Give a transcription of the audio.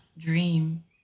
dream